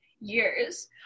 years